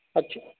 ਅੱਛਾ